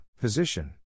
position